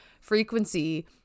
frequency